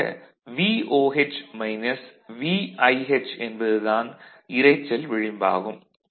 ஆக VOH minus VIH என்பது தான் இரைச்சல் விளிம்பாகும்